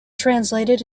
translated